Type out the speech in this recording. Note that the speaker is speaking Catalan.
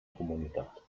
comunitat